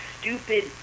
stupid